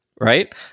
Right